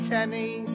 Kenny